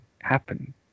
happen